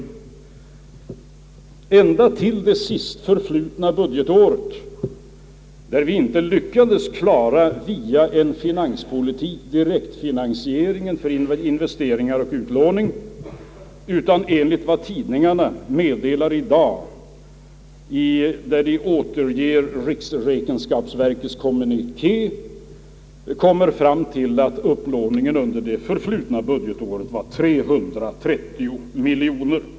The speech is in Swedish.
Det har skett ända till det sist förflutna budgetåret, då vi inte lyckades att via finanspolitiken klara direktfinansieringen för investeringar och utlåning; enligt vad tidningarna meddelar i dag, då de återger riksräkenskapsverkets kommuniké, skulle nämligen upplåningen under det förflutna budgetåret vara 330 miljoner.